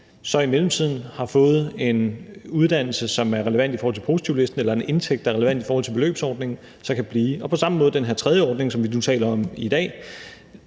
som i mellemtiden har fået en uddannelse, som er relevant i forhold til positivlisten, eller en indtægt, der er relevant i forhold til beløbsordningen, kan blive. På samme måde er det med den her tredje ordning, som vi nu taler om i dag.